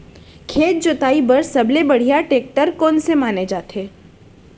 खेत जोताई बर सबले बढ़िया टेकटर कोन से माने जाथे?